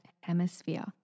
hemisphere